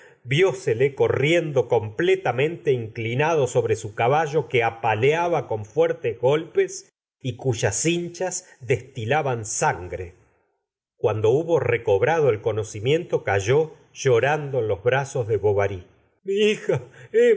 pueblo viósele corriendo completamente inclinado sobre su caballo que apaleaba con fuertes golpes y cuyas cinchas destilaban sangre l la señora de bovary cuando hubo recobrado el conocimiento cayó llora ndo en los brazos de bovary mi hija